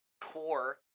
core